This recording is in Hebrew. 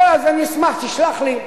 אז אני אשמח, תשלח לי.